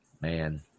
Man